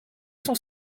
son